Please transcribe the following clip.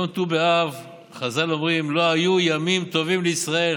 על יום ט"ו באב חז"ל אומרים: לא היו ימים טובים לישראל,